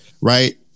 right